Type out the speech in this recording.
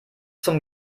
zum